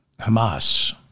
Hamas